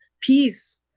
peace